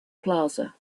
plaza